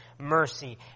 Mercy